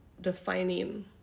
defining